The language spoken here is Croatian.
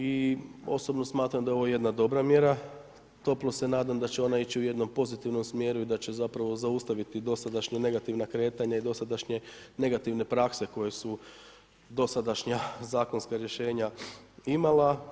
I osnovno smatram da je ovo jedna dobra mjera, toplo se nadam da će ona ići u jednom pozitivnom smjeru i da će zapravo zaustaviti dosadašnja negativna kretanja i dosadašnje negativne prakse koja su dosadašnja zakonska rješenja imala.